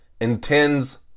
intends